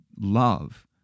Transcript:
love